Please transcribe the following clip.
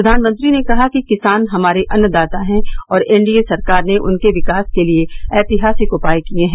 प्रधानमंत्री ने कहा कि किसान हमारे अन्नदाता है और एनडीए सरकार ने उनके विकास के लिए ऐतिहासिक उपाय किए हैं